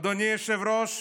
אדוני היושב-ראש,